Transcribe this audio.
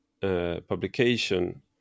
publication